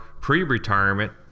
pre-retirement